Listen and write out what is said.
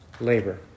labor